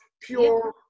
pure